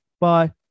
Bye